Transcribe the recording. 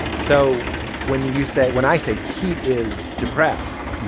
so when you say when i say, pete is depressed,